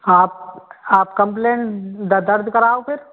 आप आप कमप्लेन दर्ज कराओ फिर